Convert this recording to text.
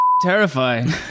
terrifying